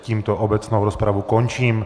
Tímto obecnou rozpravu končím.